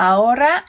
Ahora